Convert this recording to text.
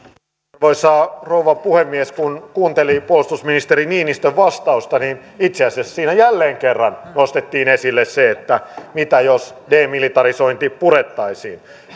arvoisa rouva puhemies kun kuunteli puolustusministeri niinistön vastausta niin itse asiassa siinä jälleen kerran nostettiin esille se että mitä jos demilitarisointi purettaisiin